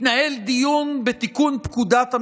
מתנהל דיון בתיקון פקודת המשטרה.